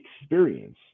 experience